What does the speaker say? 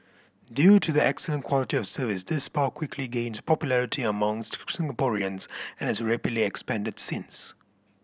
due to the excellent quality of service this spa quickly gained popularity amongst Singaporeans and has rapidly expanded since